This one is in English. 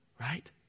right